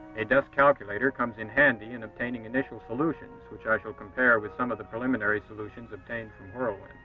a desk calculator comes in handy in obtaining initial solutions, which i shall compare with some of the preliminary solutions obtained from whirlwind.